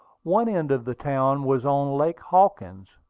one end of the town was on lake hawkins,